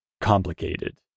complicated